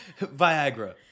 Viagra